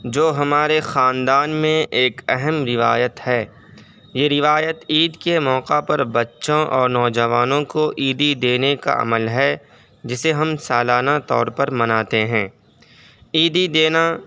جو ہمارے خاندان میں ایک اہم روایت ہے یہ روایت عید کے موقع پر بچوں اور نوجوانوں کو عیدی دینے کا عمل ہے جسے ہم سالانہ طور پر مناتے ہیں عیدی دینا